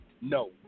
no